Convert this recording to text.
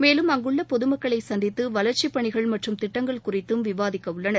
மேலும் அங்குள்ள பொதுமக்களை சந்தித்து வளர்ச்சிப் பணிகள் மற்றும் திட்டங்கள் குறித்தும் விவாதிக்க உள்ளனர்